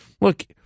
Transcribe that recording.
look